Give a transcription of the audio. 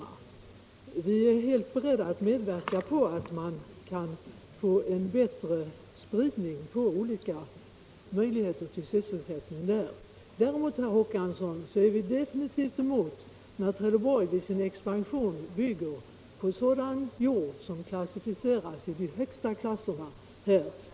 Vi är helt beredda att medverka till att man får en större variation i fråga om möjligheter till sysselsättning i kommunen. Däremot, herr Håkansson, är vi definitivt emot att Trelleborg i sin expansion bygger på sådan jord som klassificeras som den bästa för jordbruk.